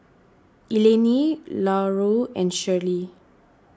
Eleni Larue and Shirlee